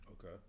Okay